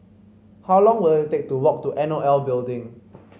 how long will it take to walk to N O L Building